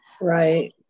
Right